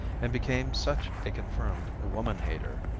and became such a confirmed woman hater.